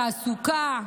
תעסוקה,